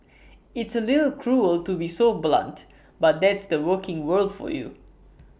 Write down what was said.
it's A little cruel to be so blunt but that's the working world for you